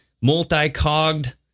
multi-cogged